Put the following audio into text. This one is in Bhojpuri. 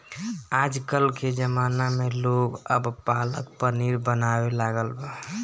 आजकल के ज़माना में लोग अब पालक पनीर बनावे लागल बा